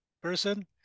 person